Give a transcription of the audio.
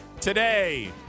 Today